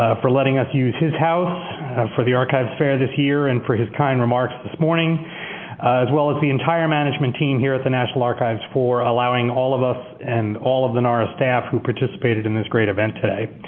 ah for letting us use his house for the archives fair this year and for kind remarks this morning as well as the entire management team here at the national archives for allowing all of us and all of the nara staff who participated in this great event today.